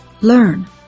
Learn